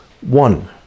One